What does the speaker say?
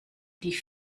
die